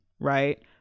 right